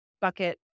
bucket